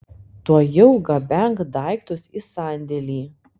tuojau gabenk daiktus į sandėlį